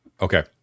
Okay